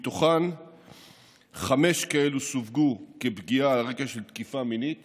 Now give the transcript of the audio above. מתוכן חמש כאלה סווגו כפגיעה על רקע של תקיפה מינית